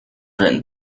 written